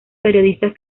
periodistas